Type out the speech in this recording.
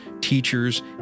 teachers